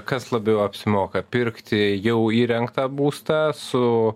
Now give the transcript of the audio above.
kas labiau apsimoka pirkti jau įrengtą būstą su